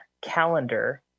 Calendar